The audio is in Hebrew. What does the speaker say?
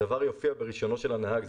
הדבר יופיע ברישיונו של הנהג.